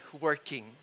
working